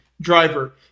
driver